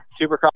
supercross